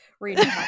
reading